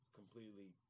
completely